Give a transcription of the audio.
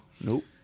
Nope